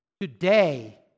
Today